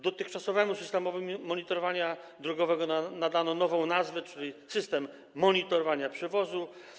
Dotychczasowemu systemowi monitorowania drogowego nadano nową nazwę, czyli jest to system monitorowania przewozu.